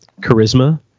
charisma